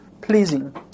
pleasing